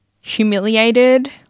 humiliated